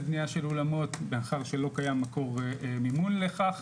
בניה של אולמות מאחר שלא קיים מקור מימון לכך,